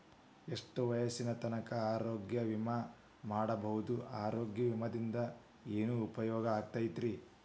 ಎಷ್ಟ ವಯಸ್ಸಿನ ತನಕ ಆರೋಗ್ಯ ವಿಮಾ ಮಾಡಸಬಹುದು ಆರೋಗ್ಯ ವಿಮಾದಿಂದ ಏನು ಉಪಯೋಗ ಆಗತೈತ್ರಿ?